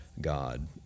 God